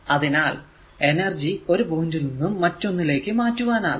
അതിനാൽ എനർജി ഒരു പോയിന്റ് ൽ നിന്നും മറ്റൊന്നിലേക്കു മാറ്റുവാനാകും